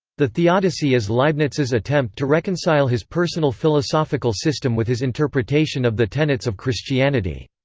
the theodicy is leibniz's attempt to reconcile his personal philosophical system with his interpretation of the tenets of christianity.